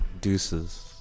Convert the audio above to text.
Deuces